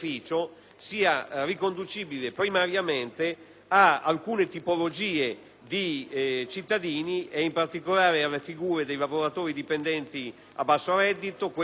di cittadini, in particolare alle figure dei lavoratori dipendenti a basso reddito e dei lavoratori precari e discontinui; alle famiglie con figli minori e pensionati a basso reddito;